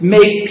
Make